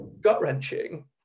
gut-wrenching